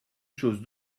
chose